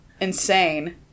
insane